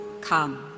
come